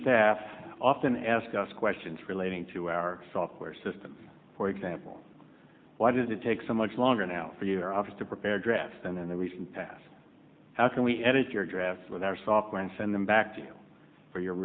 staff often ask us questions relating to our software system for example why does it take so much longer now for your office to prepare a draft than in the recent past how can we edit your drafts with our software and send them back to you for your